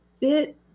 bit